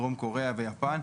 דרום קוריאה ויפן,